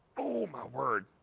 oh my word!